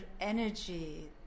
energy